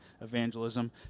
evangelism